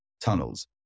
tunnels